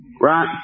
Right